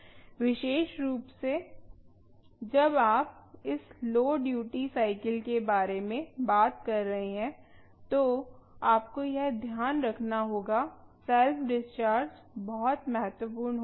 विशेष रूप से जब आप इस लौ ड्यूटी साइकिल के बारे में बात कर रहे हैं तो आपको यह ध्यान रखना होगा सेल्फ डिस्चार्ज बहुत महत्वपूर्ण हो जाता है